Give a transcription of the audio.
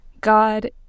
God